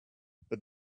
but